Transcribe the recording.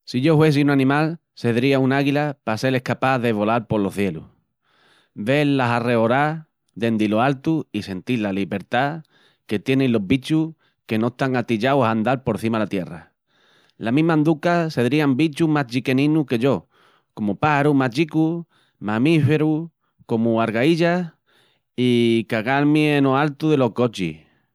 Si yo huessi un animal sedría una águila pa sel escapás de volal polos cielus, vel las alreorás dendi lo altu i sentil la libertá que tienin los bichus que no están atillaus a andal por cima la tierra. La mi manduca sedrían bichus más chiqueninus que yo comu páxarus más chicus, mamíferus comu argaíllas i cagal-mi eno altu delos cochis.